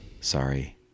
Sorry